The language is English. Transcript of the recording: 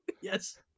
Yes